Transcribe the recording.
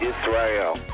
Israel